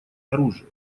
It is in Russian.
оружия